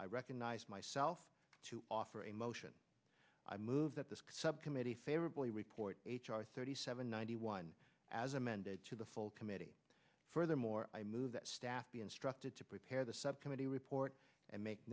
i recognize myself to offer a motion i move that this subcommittee favorably report h r thirty seven ninety one as amended to the full committee furthermore i move that staff be instructed to prepare the subcommittee report and make